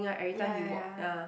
ya ya ya